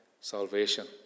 salvation